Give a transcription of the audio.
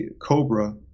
cobra